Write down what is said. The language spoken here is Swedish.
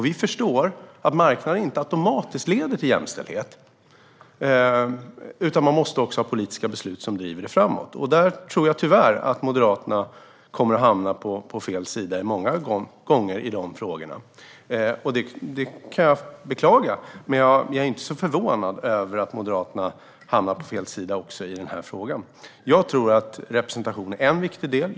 Vi förstår att marknaden inte automatiskt leder till jämställdhet, utan man måste också ha politiska beslut som driver utvecklingen framåt. Jag tror tyvärr att Moderaterna kommer att hamna på fel sida många gånger i de frågorna. Jag kan beklaga det, men jag är inte så förvånad över att Moderaterna hamnar på fel sida också i den här frågan. Jag tror att representation är en viktig del.